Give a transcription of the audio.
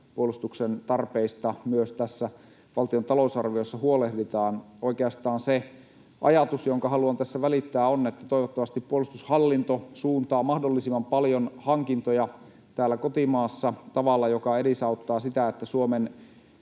puolustuksen tarpeista myös tässä valtion talousarviossa huolehditaan. Oikeastaan ajatus, jonka haluan tässä välittää, on se, että toivottavasti puolustushallinto suuntaa mahdollisimman paljon hankintoja täällä kotimaassa tavalla, joka edesauttaa sitä, että Suomen